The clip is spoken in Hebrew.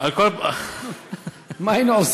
עכשיו תתייחס